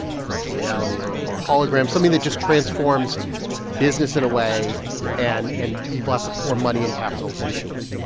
virtual reality or or hologram, something that just transforms business in a way and and people have to pour money and capital into it,